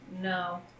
No